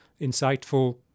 insightful